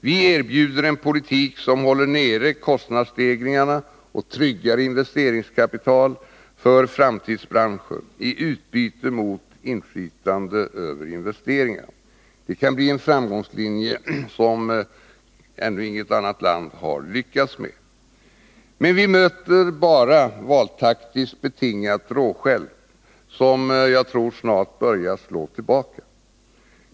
Vi erbjuder en politik som håller nere kostnadsstegringarna och tryggar investeringskapital för framtidsbranscher i utbyte mot inflytande över investeringarna. Det kan bli en framgångslinje som ännu inget annat land har lyckats med. Men vi möter bara valtaktiskt betingat råskäll, som jag tror snart börjar slå tillbaka.